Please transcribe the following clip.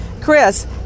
Chris